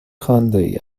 خاندایی